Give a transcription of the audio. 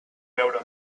veure